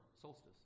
solstice